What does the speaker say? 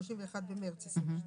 סעיפים 2 עד 4 אין הסתייגויות.